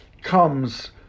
comes